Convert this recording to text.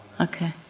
okay